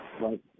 Right